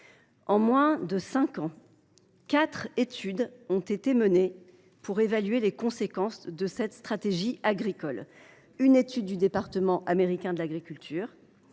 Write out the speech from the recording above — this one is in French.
En moins de cinq ans, quatre études ont été menées pour évaluer les conséquences de cette stratégie agricole : une étude du département américain de l’agriculture,